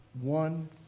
one